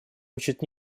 учат